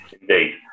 indeed